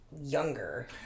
younger